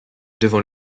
devant